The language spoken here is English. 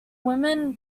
woman